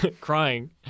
crying